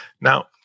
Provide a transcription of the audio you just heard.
Now